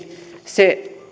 se